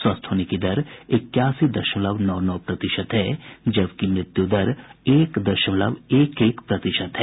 स्वस्थ होने की दर इक्यासी दशमलव नौ नौ प्रतिशत है जबकि मृत्यु दर एक दशमलव एक एक प्रतिशत है